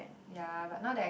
ya but now that I